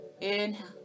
inhale